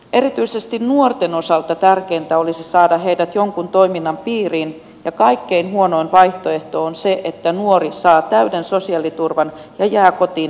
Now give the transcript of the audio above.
erityisesti nuorten osalta tärkeintä olisi saada heidät jonkun toiminnan piiriin ja kaikkein huonoin vaihtoehto on se että nuori saa täyden sosiaaliturvan ja jää kotiin makaamaan